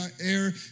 air